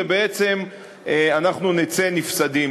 ואנחנו נצא נפסדים.